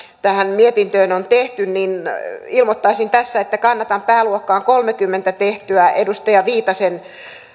tähän mietintöön on tehty joten ilmoittaisin tässä että kannatan pääluokkaan kolmekymmentä tehtyä edustaja viitasen